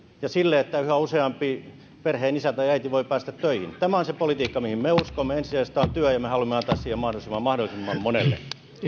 ja sillä että yhä useampi perheen isä tai äiti voi päästä töihin tämä on se politiikka mihin me uskomme ensisijaista on työ ja me haluamme antaa siihen mahdollisuuden mahdollisimman monelle